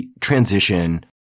transition